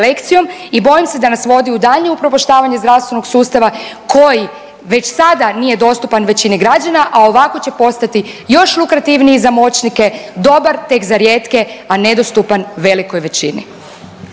i bojim se da nas vodi u daljnje upropaštavanje zdravstvenog sustava koji već sada nije dostupan većini građana, a ovako će postati još lukrativniji za moćnike, dobar tek za rijetke, a nedostupan velikoj većini.